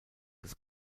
des